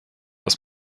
aus